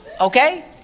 Okay